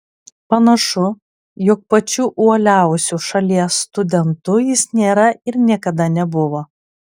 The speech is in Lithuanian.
panašu jog pačiu uoliausiu šalies studentu jis nėra ir niekada nebuvo